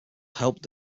helped